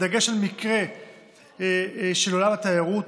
בדגש על המקרה של עולם התיירות,